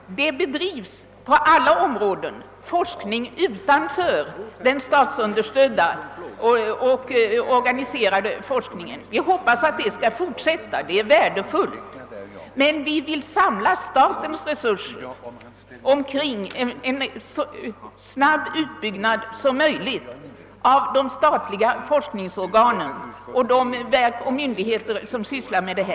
Det bedrivs på alla områden forskning utanför den statsunderstödda och organiserade forskningen. Vi hoppas att den skall fortsätta — det är värdefullt. Men vi vill samla statens resurser för att åstadkomma en så snabb utbyggnad som möjligt av de statliga forskningsorganen och av de verk och myndigheter som sysslar med detta.